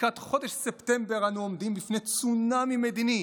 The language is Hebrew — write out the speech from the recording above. "לקראת חודש ספטמבר אנחנו עומדים בפני צונאמי מדיני,